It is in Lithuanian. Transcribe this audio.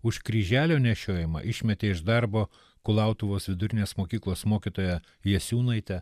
už kryželio nešiojimą išmetė iš darbo kulautuvos vidurinės mokyklos mokytoją jasiūnaitę